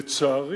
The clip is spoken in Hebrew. לצערי,